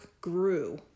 grew